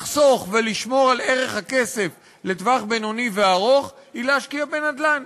לחסוך ולשמור על ערך הכסף לטווח בינוני וארוך היא להשקיע בנדל"ן.